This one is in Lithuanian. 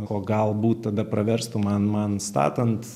ko galbūt tada praverstų man man statant